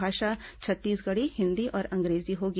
भाषा छत्तीसगढ़ी हिन्दी और अंग्रेजी होगी